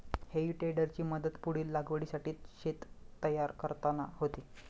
हेई टेडरची मदत पुढील लागवडीसाठी शेत तयार करताना होते